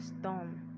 storm